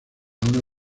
una